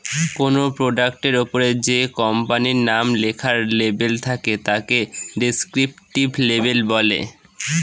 কোনো প্রোডাক্টের ওপরে যে কোম্পানির নাম লেখার লেবেল থাকে তাকে ডেস্ক্রিপটিভ লেবেল বলে